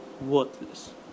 worthless